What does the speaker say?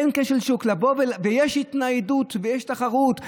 אין כשל שוק ויש התניידות ויש תחרות.